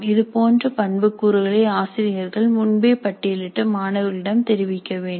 இதுபோன்ற பண்புக் கூறுகளை ஆசிரியர்கள் முன்பே பட்டியலிட்டு மாணவர்களிடம் தெரிவிக்க வேண்டும்